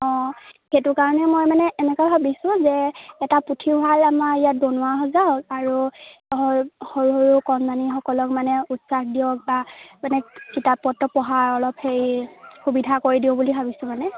অঁ সেইটো কাৰণে মই মানে এনেকে ভাবিছোঁ যে এটা পুথিভঁৰাল আমাৰ ইয়াত বনোৱা হৈ যাওক আৰু সৰু সৰু কণমানিসকলক মানে উৎসাহ দিয়ক বা মানে কিতাপ পত্ৰ পঢ়া অলপ হেৰি সুবিধা কৰি দিওঁ বুলি ভাবিছোঁ মানে